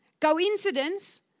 Coincidence